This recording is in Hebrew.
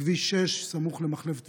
בכביש 6 סמוך למחלף דבירה.